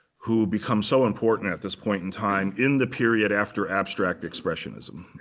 who become so important at this point in time in the period after abstract expressionism.